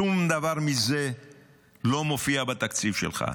שום דבר מזה לא מופיע בתקציב שלך.